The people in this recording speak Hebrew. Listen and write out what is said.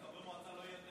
לחברי המועצה לא יהיה את